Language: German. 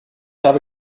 habe